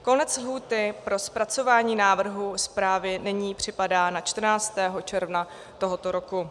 Konec lhůty pro zpracování návrhů zprávy nyní připadá na 14. června tohoto roku.